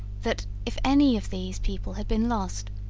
that, if any of these people had been lost,